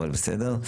אבל בסדר,